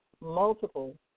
multiple